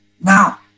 Now